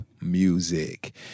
music